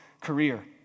career